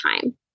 time